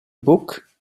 book